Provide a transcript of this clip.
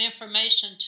information